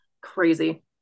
Crazy